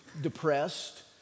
depressed